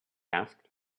asked